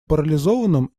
парализованным